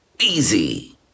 easy